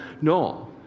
no